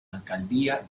alcaldía